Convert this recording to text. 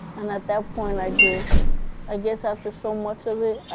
and at that point, i just i guess after so much of it,